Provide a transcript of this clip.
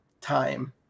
time